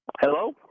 Hello